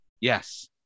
yes